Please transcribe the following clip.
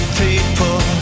people